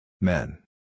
Men